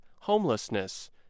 homelessness